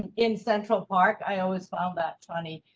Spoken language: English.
and in central park i always found that funny.